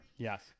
Yes